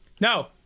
no